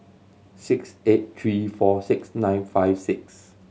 six eight three four six nine five six